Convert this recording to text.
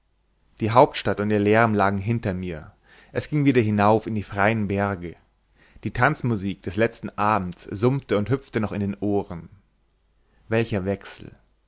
die hauptstadt und ihr lärm lagen hinter mir es ging wieder hinauf in die freien berge die tanzmusik des letzten abends summte und hüpfte noch in den ohren welcher wechsel